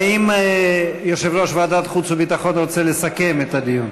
האם יושב-ראש ועדת החוץ והביטחון רוצה לסכם את הדיון?